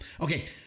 Okay